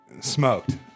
Smoked